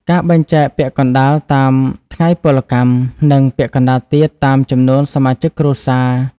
ការបែងចែកពាក់កណ្ដាលតាមថ្ងៃពលកម្ម និងពាក់កណ្ដាលទៀតតាមចំនួនសមាជិកគ្រួសារ។